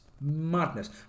Madness